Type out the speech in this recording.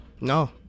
No